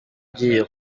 ugiye